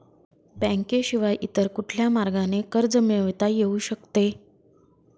बँकेशिवाय इतर कुठल्या मार्गाने कर्ज मिळविता येऊ शकते का?